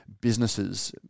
businesses